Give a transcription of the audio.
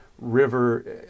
river